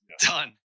Done